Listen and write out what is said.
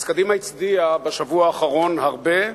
אז קדימה הצדיעה בשבוע האחרון הרבה,